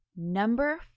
Number